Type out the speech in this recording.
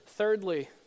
Thirdly